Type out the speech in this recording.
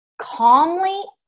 calmly